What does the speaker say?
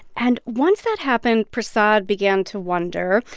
and once that happened, prasad began to wonder,